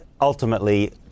ultimately